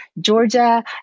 Georgia